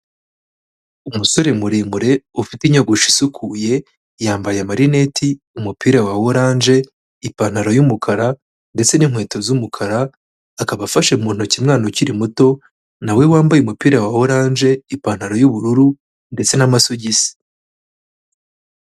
Umusore muremure ufite inyogosho isukuye, yambaye amarineti, umupira wa oranje, ipantaro y'umukara ndetse n'inkweto z'umukara, akaba afashe mu ntoki umwana ukiri muto nawe wambaye umupira wa oranje, ipantaro y'ubururu ndetse n'amasogisi.